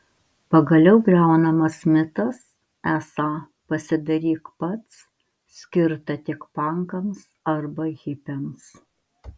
pagaliau griaunamas mitas esą pasidaryk pats skirta tik pankams arba hipiams